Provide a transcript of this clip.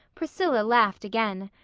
priscilla laughed again.